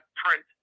print